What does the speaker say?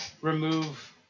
remove